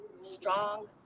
strong